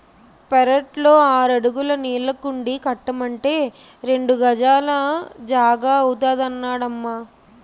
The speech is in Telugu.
పెరట్లో ఆరడుగుల నీళ్ళకుండీ కట్టమంటే రెండు గజాల జాగా అవుతాదన్నడమ్మా